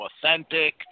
authentic